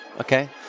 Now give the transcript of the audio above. okay